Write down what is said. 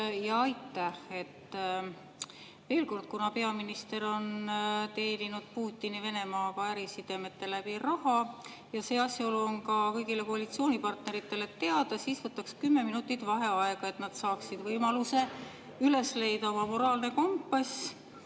Jaa, aitäh! Veel kord, kuna peaminister on teeninud Putini Venemaaga ärisidemete kaudu raha ja see asjaolu on ka kõigile koalitsioonipartneritele teada, siis võtaks kümme minutit vaheaega, et nad saaksid võimaluse üles leida oma moraalne kompass,